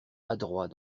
adroit